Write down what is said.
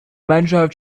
mannschaft